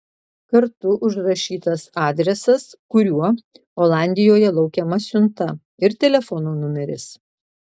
kartu užrašytas adresas kuriuo olandijoje laukiama siunta ir telefono numeris